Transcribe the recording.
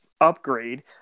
upgrade